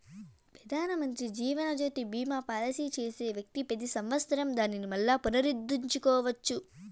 పెదానమంత్రి జీవనజ్యోతి బీమా పాలసీ చేసే వ్యక్తి పెతి సంవత్సరం దానిని మల్లా పునరుద్దరించుకోవచ్చు